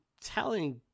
telling